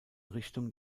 richtung